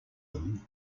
them